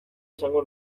esango